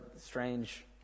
strange